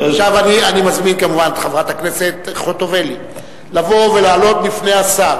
אני מזמין כמובן את חברת הכנסת חוטובלי לבוא ולהעלות בפני השר